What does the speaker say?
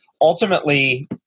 Ultimately